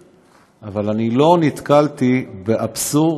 (תיקוני חקיקה להשגת יעדי התקציב) (תיקון מס' 15)